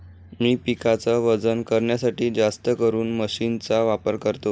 मी पिकाच वजन करण्यासाठी जास्तकरून मशीन चा वापर करतो